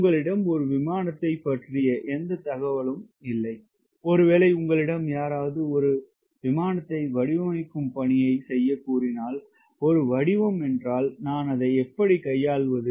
உங்களிடம் விமானத்தைப் பற்றிய எந்தத் தகவலும் இல்லை ஒருவேளை உங்களிடம் யாராவது ஒரு வடிவமைப்பு பணியை செய்ய கூறினால் ஒரு வடிவம் என்றால் நான் அதை எப்படிக் கையாள்வது